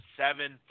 seven